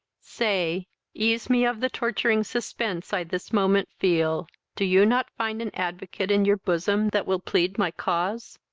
say ease me of the torturing suspense i this moment feel do you not find an advocate in your bosom that will plead my cause?